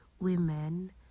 women